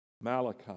Malachi